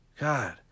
God